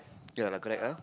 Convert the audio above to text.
ya lah correct ah